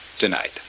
tonight